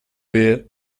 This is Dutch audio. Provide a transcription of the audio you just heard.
weer